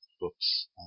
books